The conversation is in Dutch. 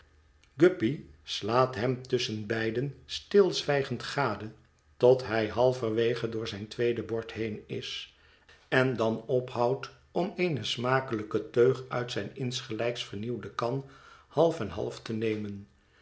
guppy slaat hem tusschenbeiden stilzwijgend gade tot hij halverwege door zijn tweede bord heen is en dan ophoudt om eene smakelijke teug uit zijne insgelijks vernieuwde kan half en half te nemen